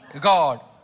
God